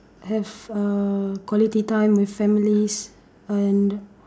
have uh quality time with families and